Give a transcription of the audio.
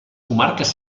comarques